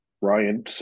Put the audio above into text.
ryan